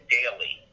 daily